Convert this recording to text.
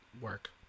work